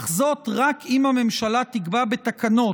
אך זאת רק אם הממשלה תקבע בתקנות,